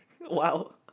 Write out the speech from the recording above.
Wow